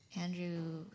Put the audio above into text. Andrew